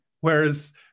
Whereas